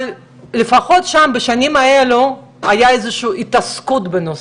לפחות שם בשנים האלה הייתה איזה שהיא התעסקות בנושא,